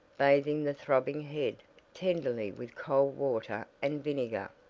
bathing the throbbing head tenderly with cold water and vinegar.